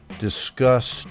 discussed